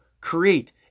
create